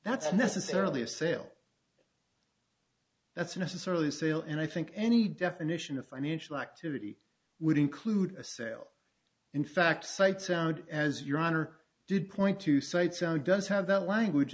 that's necessarily a sale that's necessarily a sale and i think any definition of financial activity would include a sale in fact sites out as your honor did point to sites out does have that language